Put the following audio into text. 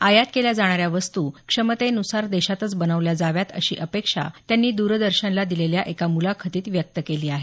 आयात केल्या जाणाऱ्या वस्तू क्षमतेनुसार देशातच बनवल्या जाव्यात अशी अपेक्षा त्यांनी द्रदर्शनला दिलेल्या एका मुलाखतीत व्यक्त केली आहे